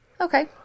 Okay